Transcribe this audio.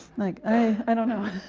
like i don't know